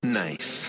nice